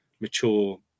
mature